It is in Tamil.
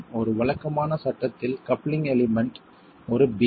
ஒரு வழக்கமான சட்டத்தில் கப்ளிங் எலிமெண்ட் ஒரு பீம்